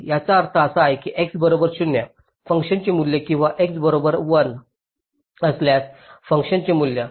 याचा अर्थ असा की x बरोबर 0 फंक्शनचे मूल्य किंवा x बरोबर 1 असल्यास फंक्शनचे मूल्य